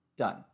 done